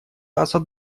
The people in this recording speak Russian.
асад